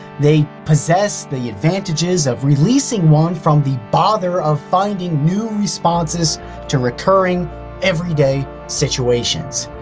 they possess the advantages of releasing one from the bother of finding new responses to recurring everyday situations.